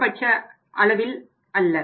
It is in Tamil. அதிகபட்ச அளவு அளவில் அல்ல